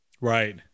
Right